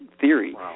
theory